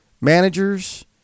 managers